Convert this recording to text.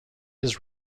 his